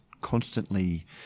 constantly